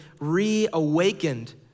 reawakened